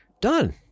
done